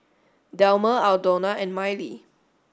Delmer Aldona and Mylee